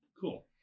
Cool